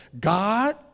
God